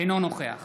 אינו נוכח